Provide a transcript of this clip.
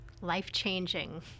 life-changing